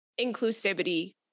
inclusivity